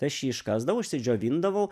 aš jį iškasdavau išsidžiovindavau